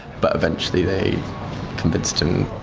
but eventually they convinced him.